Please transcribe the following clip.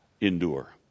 endure